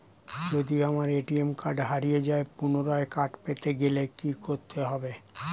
যদি আমার ATM card হারিয়ে যায় পুনরায় কার্ড পেতে গেলে কি করতে হবে?